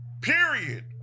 period